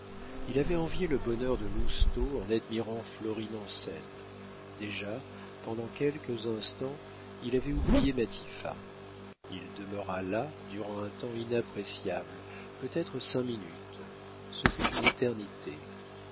il avait envié le bonheur de lousteau en admirant florine en scène déjà pendant quelques instants il avait oublié matifat il demeura là durant un temps inappréciable peut-être cinq minutes ce fut une éternité